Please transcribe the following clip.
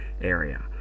area